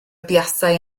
buasai